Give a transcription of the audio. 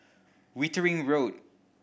Wittering Road